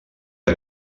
que